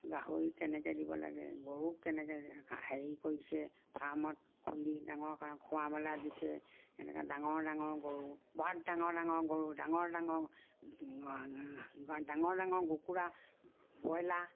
গাহৰি কেনেকে দিব লাগে গৰুক কেনেকে হেৰি কৰিছে ফাৰ্মত খুলি ডাঙৰ কাৰণ খোৱা মেলা দিছে এনেকে ডাঙৰ ডাঙৰ গৰু বৰ ডাঙৰ ডাঙৰ গৰু ডাঙৰ ডাঙৰ ডাঙৰ ডাঙৰ কুকুৰা ব্ৰইলাৰ